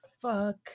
Fuck